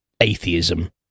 atheism